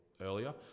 earlier